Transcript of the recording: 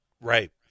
Right